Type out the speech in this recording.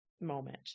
moment